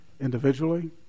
Individually